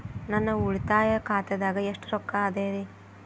ನನ್ನ ಉಳಿತಾಯ ಖಾತಾದಾಗ ಎಷ್ಟ ರೊಕ್ಕ ಅದ ರೇ?